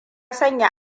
sanya